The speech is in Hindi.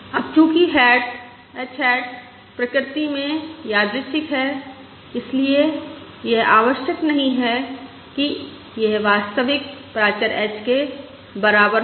अब चूंकि h हैट प्रकृति में यादृच्छिक है इसलिए यह आवश्यक नहीं है कि यह वास्तविक प्राचर h के बराबर हो